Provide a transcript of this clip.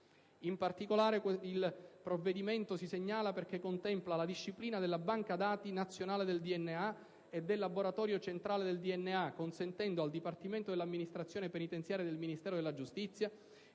In particolare, il provvedimento si segnala perché contempla la disciplina della banca dati nazionale del DNA e del laboratorio centrale del DNA, consentendo al dipartimento dell'amministrazione penitenziaria del Ministero della giustizia